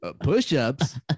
Push-ups